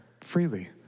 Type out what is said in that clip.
freely